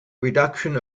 reduction